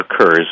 occurs